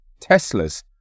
Teslas